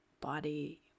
body